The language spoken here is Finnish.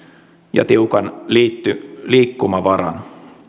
ja tiukan liikkumavaran